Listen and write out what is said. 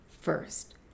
first